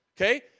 Okay